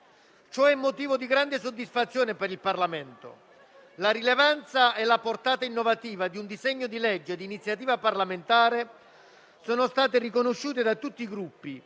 Ciò è motivo di grande soddisfazione per il Parlamento. La rilevanza e la portata innovativa del disegno di legge, di iniziativa parlamentare, sono state riconosciute da tutti i Gruppi,